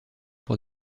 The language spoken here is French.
pour